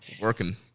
Working